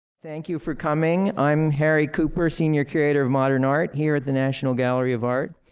thank you for coming. i'm harry cooper, senior curator of modern art here at the national gallery of art.